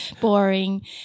boring